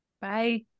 Bye